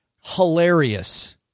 hilarious